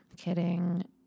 kidding